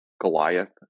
Goliath